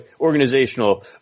organizational